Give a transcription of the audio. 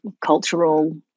cultural